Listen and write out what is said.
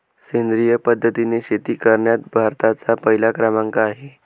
सेंद्रिय पद्धतीने शेती करण्यात भारताचा पहिला क्रमांक आहे